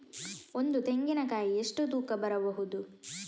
ಒಂದು ತೆಂಗಿನ ಕಾಯಿ ಎಷ್ಟು ತೂಕ ಬರಬಹುದು?